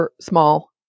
small